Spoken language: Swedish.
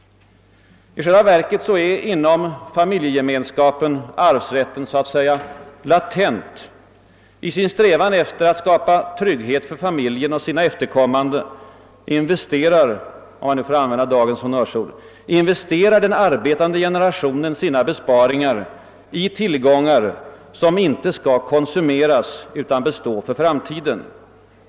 I själva verket är inom familjegemenskapen arvsrätten så att säga latent. I sin strävan efter att skapa trygghet för familjen och sina efterkommande investerar — om jag får använda ett av dagens honnörsord — den arbetande generationen sina besparingar i tillgångar som icke skall konsumeras utan bestå för framtiden.